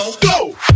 go